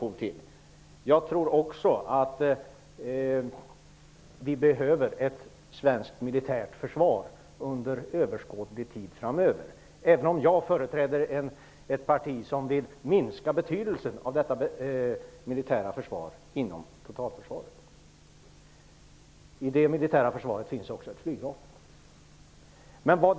Också jag tror att vi under överskådlig tid framöver behöver ett svenskt militärt försvar, även om jag företräder ett parti som vill minska betydelsen av det militära försvaret inom totalförsvarets ram. Inom det militära försvaret finns också ett flygvapen.